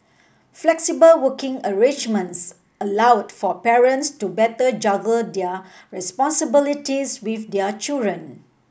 flexible working arrangements allowed for parents to better juggle their responsibilities with their children